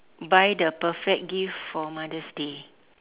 buy the perfect gift for mother's day